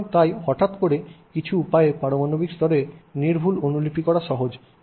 সুতরাং তাই হঠাৎ করে কিছু উপায়ে পারমাণবিক স্তরে নির্ভুল অনুলিপি করা সহজ